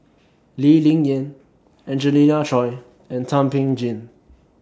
Lee Ling Yen Angelina Choy and Thum Ping Tjin